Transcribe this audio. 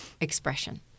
expression